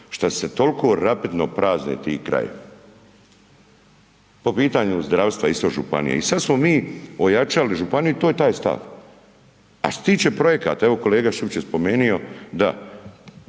što se toliko rapidno prazne ti krajevi. Po pitanju zdravstva isto županije i sad smo mi ojačali županiju i to je taj stav, a što se tiče projekata, evo kolega Šipić je spomenuo da,